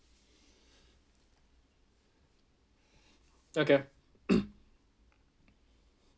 okay